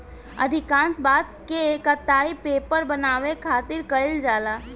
अधिकांश बांस के कटाई पेपर बनावे खातिर कईल जाला